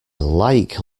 like